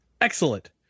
excellent